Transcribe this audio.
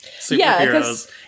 superheroes